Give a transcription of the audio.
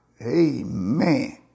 Amen